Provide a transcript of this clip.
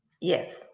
Yes